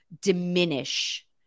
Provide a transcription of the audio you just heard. diminish